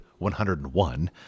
101